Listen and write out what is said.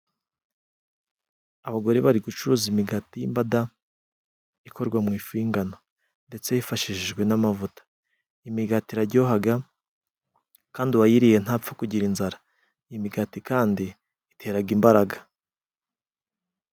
Abagore bari gucuruza imigati y'imbaga ikorwa mu ifu y'ingano ndetse yifashishijwe n'amavuta .Imigati iraryohaga kandi uwayiriye ntapfa kugira inzara. Imigati kandi iteraga imbaraga.